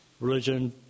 religion